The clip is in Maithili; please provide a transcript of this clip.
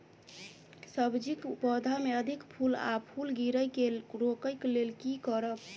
सब्जी कऽ पौधा मे अधिक फूल आ फूल गिरय केँ रोकय कऽ लेल की करब?